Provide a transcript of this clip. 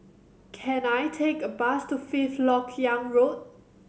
can I take a bus to Fifth Lok Yang Road